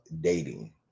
dating